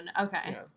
okay